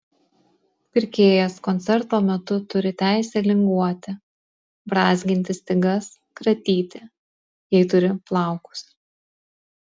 pirkėjas koncerto metu turi teisę linguoti brązginti stygas kratyti jei turi plaukus